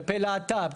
כלפי להט"ב,